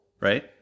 Right